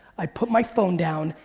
i put my phone down,